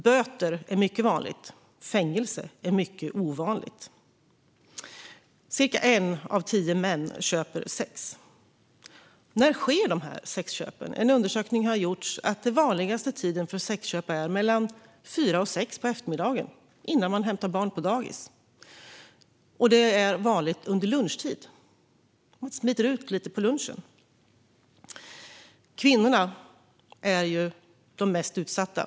Böter är mycket vanligt; fängelse är mycket ovanligt. Cirka en av tio män köper sex. När sker då sexköpen? En undersökning ger vid handen att den vanligaste tiden för sexköp är mellan fyra och sex på eftermiddagen, innan man hämtar barn på dagis. Det är också vanligt under lunchtid. Man smiter ut lite på lunchen. Kvinnorna är ju de mest utsatta.